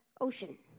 ocean